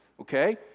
okay